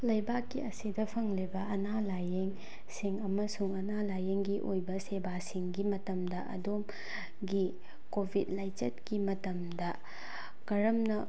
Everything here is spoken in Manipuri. ꯂꯩꯕꯥꯛꯀꯤ ꯑꯁꯤꯗ ꯐꯪꯂꯤꯕ ꯑꯅꯥ ꯂꯥꯏꯌꯦꯡꯁꯤꯡ ꯑꯃꯁꯨꯡ ꯑꯅꯥ ꯂꯥꯏꯌꯦꯡꯒꯤ ꯑꯣꯏꯕ ꯁꯦꯕꯥꯁꯤꯡꯒꯤ ꯃꯇꯝꯗ ꯑꯗꯣꯝꯒꯤ ꯀꯣꯚꯤꯠ ꯂꯥꯏꯆꯠꯀꯤ ꯃꯇꯝꯗ ꯀꯔꯝꯅ